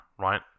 right